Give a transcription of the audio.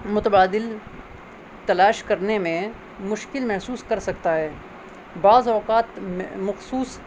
متبادل تلاش کرنے میں مشکل محسوس کر سکتا ہے بعض اوقات مخصوص